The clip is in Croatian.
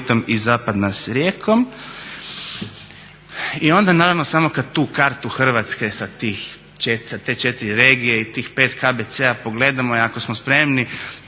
Hrvatske